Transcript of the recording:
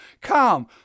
Come